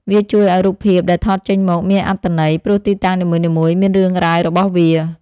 វាជួយឱ្យរូបភាពដែលថតចេញមកមានអត្ថន័យ ព្រោះទីតាំងនីមួយៗមានរឿងរ៉ាវរបស់វា។